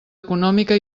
econòmica